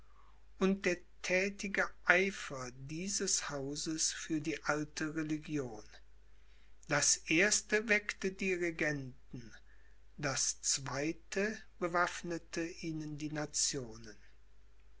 und der thätige eifer dieses hauses für die alte religion das erste weckte die regenten das zweite bewaffnete ihnen die nationen